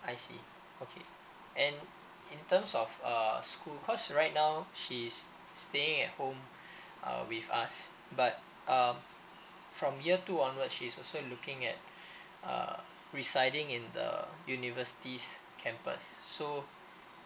I see okay and in terms of uh school cause right now she's staying at home uh with us but um from year two onwards she's also looking at uh residing in the university's campus so